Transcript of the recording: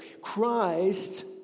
Christ